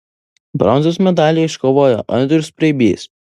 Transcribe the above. bronzos medalį iškovojo andrius preibys